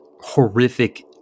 horrific